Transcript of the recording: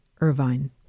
Irvine